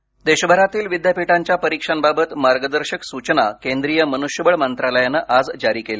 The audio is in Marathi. परीक्षा देशभरातील विद्यापीठांच्या परीक्षांबाबत मार्गदर्शक सूचना केंद्रीय मनुष्यबळ मंत्रालयानं आज जारी केल्या